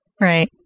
Right